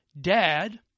dad